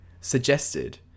suggested